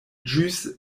ĵus